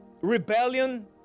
rebellion